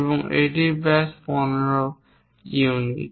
এবং এটির ব্যাস 15 ইউনিট